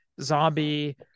Zombie